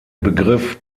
begriff